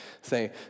say